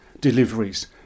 deliveries